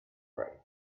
right